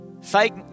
fake